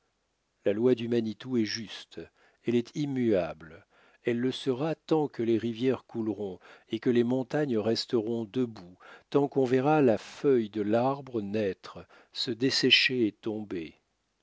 la loi du manitou est juste elle est immuable elle le sera tant que les rivières couleront et que les montagnes resteront debout tant qu'on verra la feuille de l'arbre naître se dessécher et tomber